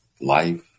life